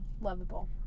lovable